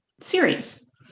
series